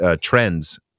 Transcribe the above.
trends